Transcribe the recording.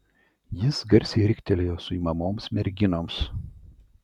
jis garsiai riktelėjo suimamoms merginoms